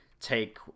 take